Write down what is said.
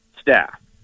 staff